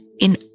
in